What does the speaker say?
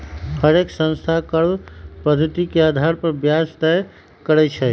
हरेक संस्था कर्व पधति के अधार पर ब्याज तए करई छई